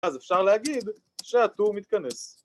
‫אז אפשר להגיד שהטור מתכנס.